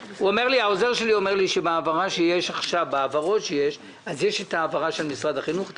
העוזר שלי אומר לי שבהעברות שיש עכשיו יש את ההעברה של משרד החינוך,